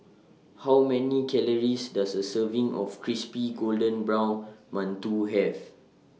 How Many Calories Does A Serving of Crispy Golden Brown mantou Have